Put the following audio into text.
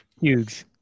Huge